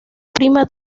prima